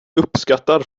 uppskattar